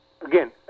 Again